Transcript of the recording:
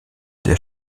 der